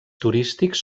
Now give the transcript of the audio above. turístics